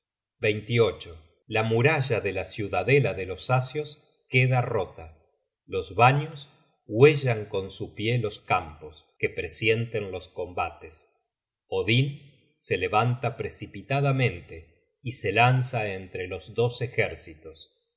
la muralla de la ciudadela de los asios queda rota los vanios huellan con su pie los campos que presienten los combates odin se levanta precipitadamente y se lanza entre los dos ejércitos